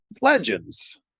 legends